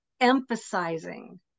emphasizing